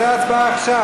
אני רוצה הצבעה עכשיו.